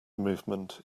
movement